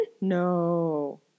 No